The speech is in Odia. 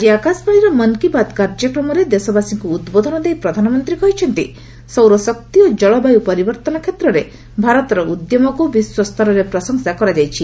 ଆଜି ଆକାଶବାଣୀର ମନ୍ କି ବାତ୍ କାର୍ଯ୍ୟକ୍ରମରେ ଦେଶବାସୀଙ୍କୁ ଉଦ୍ବୋଧନ ଦେଇ ପ୍ରଧାନମନ୍ତ୍ରୀ କହିଛନ୍ତି ସୌରଶକ୍ତି ଓ ଜଳବାୟ ପରିବର୍ତ୍ତନ କ୍ଷେତ୍ରରେ ଭାରତର ଉଦ୍ୟମକୁ ବିଶ୍ୱସ୍ତରରେ ପ୍ରଶଂସା କରାଯାଇଛି